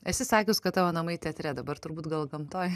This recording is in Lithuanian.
esi sakius kad tavo namai teatre dabar turbūt gamtoj